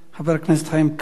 חבר הכנסת חיים כץ.